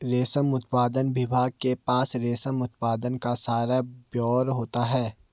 रेशम उत्पादन विभाग के पास रेशम उत्पादन का सारा ब्यौरा होता है